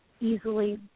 easily